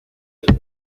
pecho